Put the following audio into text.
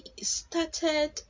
started